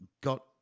got